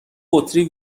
بطری